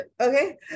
Okay